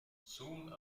soon